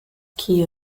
que